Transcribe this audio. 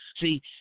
See